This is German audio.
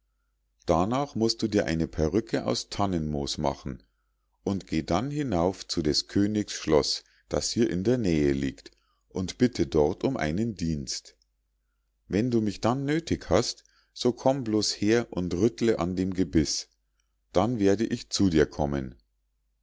darnach musst du dir eine perrücke von tannenmoos machen und geh dann hinauf zu des königs schloß das hier in der nähe liegt und bitte dort um einen dienst wenn du mich dann nöthig hast so komm bloß her und rüttle an dem gebiß dann werde ich zu dir kommen